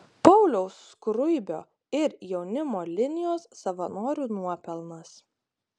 pauliaus skruibio ir jaunimo linijos savanorių nuopelnas